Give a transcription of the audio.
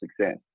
success